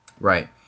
Right